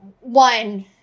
one